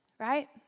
Right